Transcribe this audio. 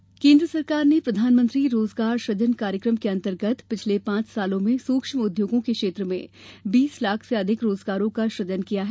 रोजगार सुजन केन्द्र सरकार ने प्रधानमंत्री रोजगार सृजन कार्यक्रम के अंतर्गत पिछले पांच वर्षो में सूक्ष्म उद्यमों के क्षेत्र में बीस लाख से अधिक रोजगारों का सुजन किया है